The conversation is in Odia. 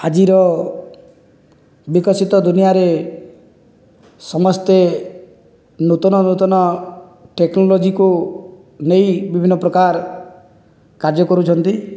ଆଜିର ବିକଶିତ ଦୁନିଆରେ ସମସ୍ତେ ନୂତନ ନୂତନ ଟେକ୍ନୋଲୋଜିକୁ ନେଇ ବିଭିନ୍ନ ପ୍ରକାର କାର୍ଯ୍ୟ କରୁଛନ୍ତି